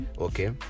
Okay